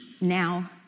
now